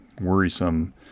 worrisome